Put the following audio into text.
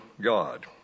God